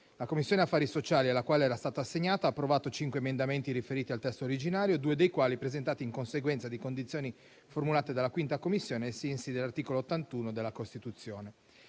La Commissione affari sociali, alla quale era stato assegnato, ha approvato cinque emendamenti riferiti al testo originario, due dei quali presentati in conseguenza di condizioni formulate dalla 5a Commissione, ai sensi dell'articolo 81 della Costituzione.